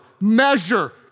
measure